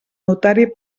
notari